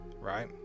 right